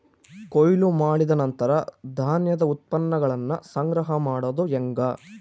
ಕೊಯ್ಲು ಮಾಡಿದ ನಂತರ ಧಾನ್ಯದ ಉತ್ಪನ್ನಗಳನ್ನ ಸಂಗ್ರಹ ಮಾಡೋದು ಹೆಂಗ?